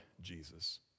Jesus